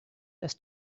dass